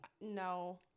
no